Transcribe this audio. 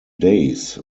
days